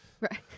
right